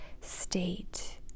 state